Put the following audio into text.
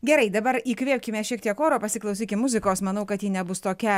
gerai dabar įkvėpkime šiek tiek oro pasiklausykim muzikos manau kad ji nebus tokia